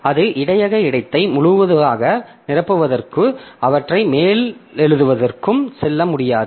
அது இடையக இடத்தை முழுவதுமாக நிரப்புவதற்கும் அவற்றை மேலெழுதுவதற்கும் செல்ல முடியாது